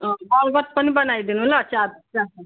अँ बलगत पनि बनाइदिनु ल चारवटा